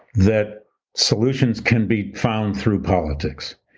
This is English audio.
that solutions can be found through politics,